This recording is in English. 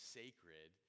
sacred